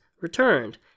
returned